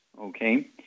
okay